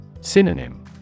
Synonym